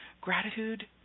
Gratitude